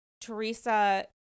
Teresa